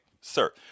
sir